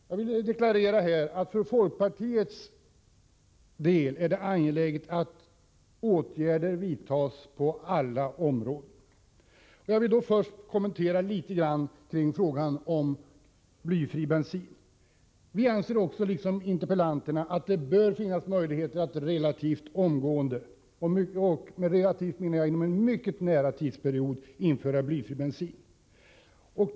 Jag vill här deklarera att det för folkpartiet är angeläget att åtgärder vidtas på alla områden som här har berörts. Låt mig börja med att något kommentera frågan om blyfri bensin. Vi anser, liksom interpellanterna, att det bör finnas möjligheter att relativt omgående införa blyfri bensin — och med detta menar jag att det bör ske inom en mycket nära framtid!